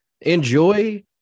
enjoy